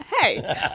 Hey